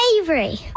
Avery